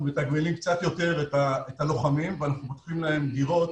מתגמלים קצת יותר את הלוחמים ופותחים להם דירות